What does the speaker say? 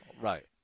Right